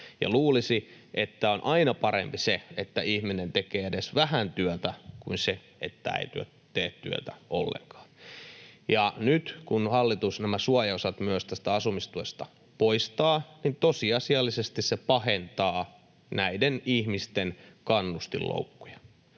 luulisi, että on aina parempi se, että ihminen tekee edes vähän työtä, kuin se, että ei tee työtä ollenkaan. Ja nyt, kun hallitus nämä suojaosat myös tästä asumistuesta poistaa, niin tosiasiallisesti se pahentaa näiden ihmisten kannustinloukkuja,